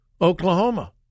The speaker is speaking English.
Oklahoma